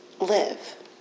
live